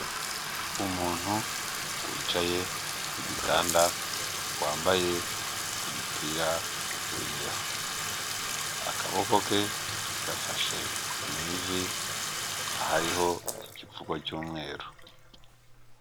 Umuntu wicaye ku gitanda, wambaye umupira w'imbeho. Akaboko ke gafashe mu ivi, hariho igipfugo cy'umweru.